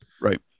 right